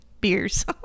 beers